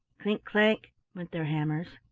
clink-clank! went their hammers.